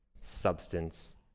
substance